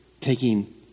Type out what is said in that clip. taking